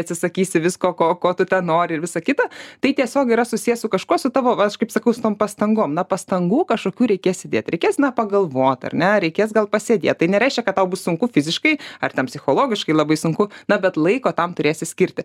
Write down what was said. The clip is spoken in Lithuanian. atsisakysi visko ko ko tu ten nori ir visa kita tai tiesiogiai yra susiję su kažkuo su tavo va kaip aš sakau su tom pastangom na pastangų kažkokių reikės įdėti reikės na pagalvot ar nereikės gal pasėdėt tai nereiškia kad tau bus sunku fiziškai ar ten psichologiškai labai sunku na bet laiko tam turėsi skirti